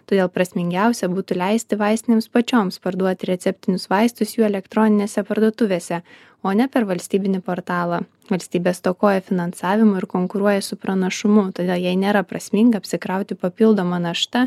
todėl prasmingiausia būtų leisti vaistinėms pačioms parduoti receptinius vaistus jų elektroninėse parduotuvėse o ne per valstybinį portalą valstybė stokoja finansavimo ir konkuruoja su pranašumu todėl jai nėra prasminga apsikrauti papildoma našta